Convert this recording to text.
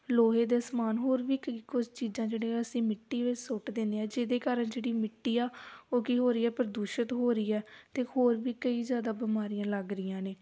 ਲੋਹੇ ਦੇ ਸਮਾਨ ਹੋਰ ਵੀ ਕਈ ਕੁਝ ਚੀਜ਼ਾਂ ਜਿਹੜੀਆਂ ਅਸੀਂ ਮਿੱਟੀ ਵਿੱਚ ਸੁੱਟ ਦਿੰਦੇ ਹਾਂ ਜਿਹਦੇ ਕਾਰਨ ਜਿਹੜੀ ਮਿੱਟੀ ਆ ਉਹ ਕੀ ਹੋ ਰਹੀ ਹੈ ਪ੍ਰਦੂਸ਼ਿਤ ਹੋ ਰਹੀ ਹੈ ਅਤੇ ਹੋਰ ਵੀ ਕਈ ਜ਼ਿਆਦਾ ਬਿਮਾਰੀਆਂ ਲੱਗ ਰਹੀਆਂ ਨੇ